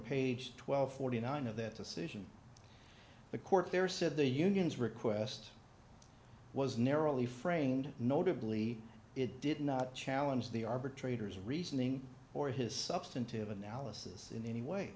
and forty nine of that decision the court there said the union's request was narrowly framed notably it did not challenge the arbitrators reasoning or his substantive analysis in any way